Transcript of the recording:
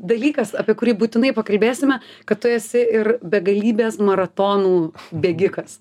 dalykas apie kurį būtinai pakalbėsime kad tu esi ir begalybės maratonų bėgikas